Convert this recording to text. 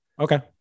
Okay